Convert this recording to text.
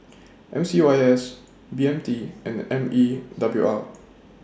M C Y S B M T and M E W R